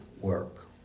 work